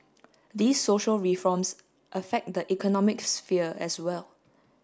these social reforms affect the economic sphere as well